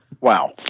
Wow